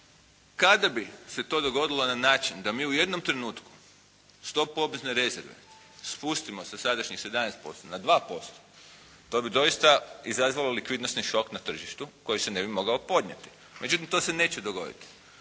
Kada bi se to dogodilo na način da mi u jednom trenutku stopu obvezne rezerve spustimo sa sadašnjih 17% na 2% to bi doista izazvalo likvidnosni šok na tržištu koji se ne bi mogao podnijeti. Međutim, to se neće dogoditi.